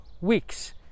weeks